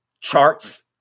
charts